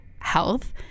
health